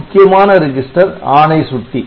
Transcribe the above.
முக்கியமான ரிஜிஸ்டர் ஆணை சுட்டி